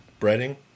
breading